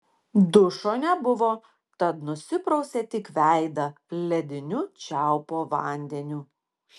dušo nebuvo tad nusiprausė tik veidą lediniu čiaupo vandeniu